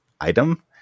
item